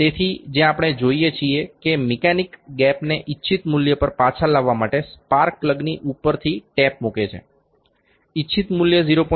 તેથી જે આપણે જોઈએ છીએ કે મિકેનિક ગેપને ઇચ્છિત મૂલ્ય પર પાછા લાવવા માટે સ્પાર્ક પ્લગની ઉપરથી ટેપ મૂકે છે ઇચ્છિત મૂલ્ય 0